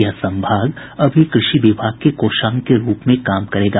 यह संभाग अभी कृषि विभाग के कोषांग के रूप में काम करेगा